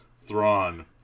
Thrawn